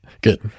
Good